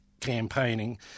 campaigning